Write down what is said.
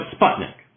Sputnik